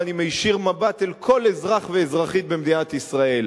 ואני מישיר מבט אל כל אזרח ואזרחית במדינת ישראל: